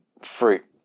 fruit